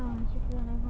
berbual